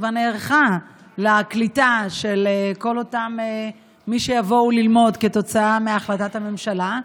שכבר נערכה לקליטה של כל אותם מי שיבואו ללמוד כתוצאה מהחלטת הממשלה?